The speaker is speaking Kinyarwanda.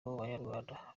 banyarwanda